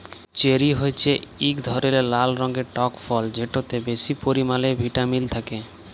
cherry হছে ইক ধরলের লাল রঙের টক ফল যেটতে বেশি পরিমালে ভিটামিল থ্যাকে